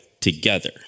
together